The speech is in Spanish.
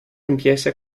empieza